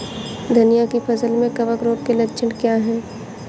धनिया की फसल में कवक रोग के लक्षण क्या है?